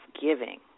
giving